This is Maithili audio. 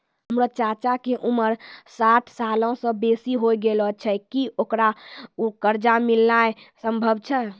हमरो चच्चा के उमर साठ सालो से बेसी होय गेलो छै, कि ओकरा कर्जा मिलनाय सम्भव छै?